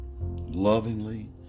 lovingly